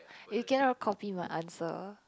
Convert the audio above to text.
you cannot copy my answer